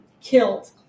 killed